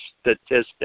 statistics